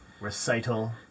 recital